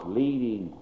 leading